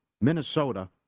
Minnesota